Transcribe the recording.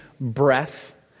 breath